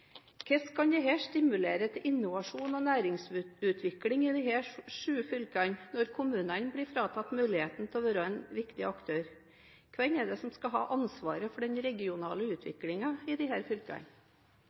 Hvordan kan det stimulere til innovasjon og næringsutvikling i disse sju fylkene, når kommunene blir fratatt muligheten til å være en viktig aktør? Hvem er det som skal ha ansvaret for den regionale